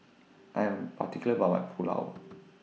I Am particular about My Pulao